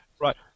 Right